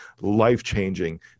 life-changing